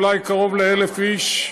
אולי קרוב ל-1,000 איש.